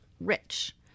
rich